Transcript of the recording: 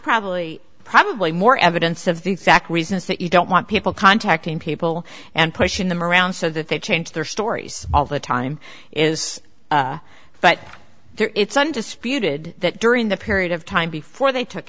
probably probably more evidence of the exact reasons that you don't want people contacting people and pushing them around so that they change their stories all the time is but they're it's undisputed that during the period of time before they took